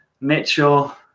Mitchell